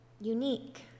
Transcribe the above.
unique